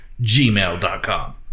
gmail.com